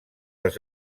els